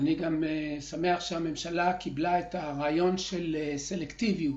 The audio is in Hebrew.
ואני שמח שהממשלה קיבלה את הרעיון של הסלקטיביות,